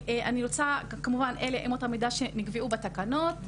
במצגת נראות אמות המידה שנקבעו בתקנות.